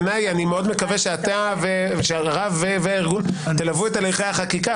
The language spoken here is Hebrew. אני מאוד מקווה שתלוו את הליכי החקיקה,